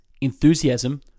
enthusiasm